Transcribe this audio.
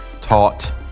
taught